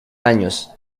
años